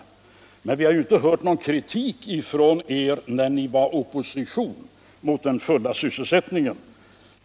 Någon krivik mot den fulla sysselsättningen har vi inte hört från borgerlighetens sida, i varje fall inte då den var i opposition.